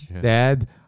Dad